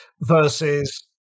versus